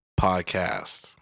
podcast